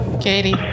Katie